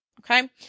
okay